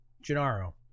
Gennaro